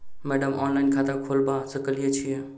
Madam online खाता खोलबा सकलिये छीयै?